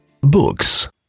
Books